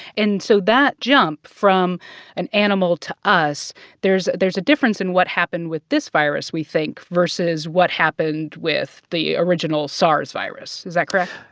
and so that jump from an animal to us there's there's a difference in what happened with this virus, we think, think, versus what happened with the original sars virus. is that correct?